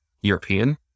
European